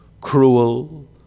cruel